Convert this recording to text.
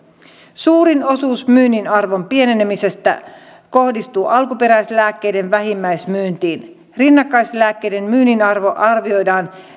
suurin osuus myynnin arvon pienenemisestä kohdistuu alkuperäislääkkeiden vähittäismyyntiin rinnakkaislääkkeiden myynnin arvon arvioidaan